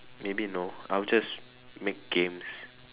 maybe no I will just make games